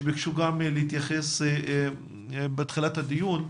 שביקשו להתייחס בתחילת הדיון.